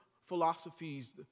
philosophies